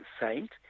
saint